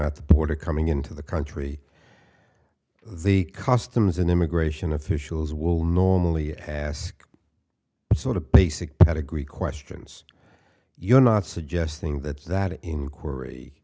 at the border coming into the country the customs and immigration officials will normally it has sort of basic pedigree questions you're not suggesting that that inquiry